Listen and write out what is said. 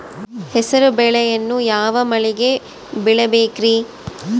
ಹೆಸರುಬೇಳೆಯನ್ನು ಯಾವ ಮಳೆಗೆ ಬೆಳಿಬೇಕ್ರಿ?